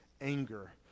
anger